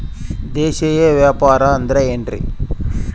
ದೇಶೇಯ ವ್ಯಾಪಾರ ಅಂದ್ರೆ ಏನ್ರಿ?